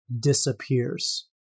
disappears